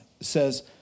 says